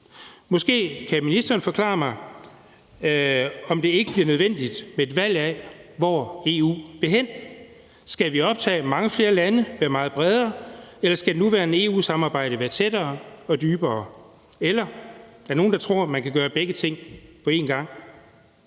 Måske kan ministeren forklare mig, om det ikke bliver nødvendigt med et valg af, hvor EU vil hen. Skal vi optage mange flere lande, være meget bredere, eller skal det nuværende EU-samarbejde være tættere og dybere? Eller er der nogen, der tror, man kan gøre begge ting på en gang?